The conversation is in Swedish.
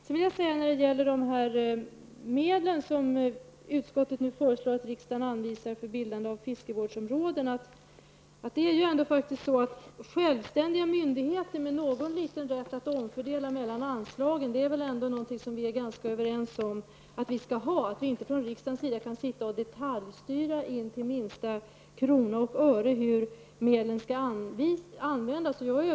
Så till frågan om de medel som utskottet föreslår att riksdagen anvisar för bildande av fiskevårdsområden. Självständiga myndigheter med någon liten rätt att omfördela mellan anslagen är väl något som vi är överens om att vi skall ha. Riksdagen skall inte detaljstyra intill minsta krona och öre hur medlen skall användas.